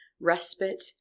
respite